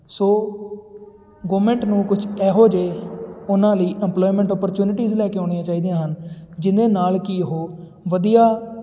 ਸੋ government ਨੂੰ ਕੁਛ ਇਹੋ ਜਿਹੇ ਉਹਨਾਂ ਲਈ ਇੰਪਲੋਏਮੈਂਟ ਔਪਰਚੁਨਿਟੀਜ਼ ਲੈ ਕੇ ਆਉਣੀਆਂ ਚਾਹੀਦੀਆਂ ਹਨ ਜਿਹਦੇ ਨਾਲ ਕਿ ਉਹ ਵਧੀਆ